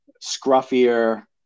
scruffier